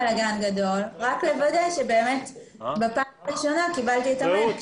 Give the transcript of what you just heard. רק לוודא שבאמת בפעם הראשונה קיבלתי את המייל.